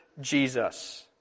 Jesus